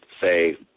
say